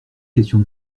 question